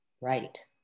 Right